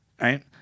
right